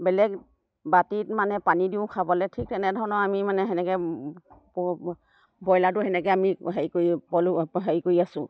বেলেগ বাতিত মানে পানী দিওঁ খাবলৈ ঠিক তেনেধৰণৰ আমি মানে সেনেকৈ ব্ৰইলাৰটো সেনেকৈ আমি হেৰি কৰি পালোঁ হেৰি কৰি আছোঁ